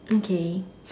okay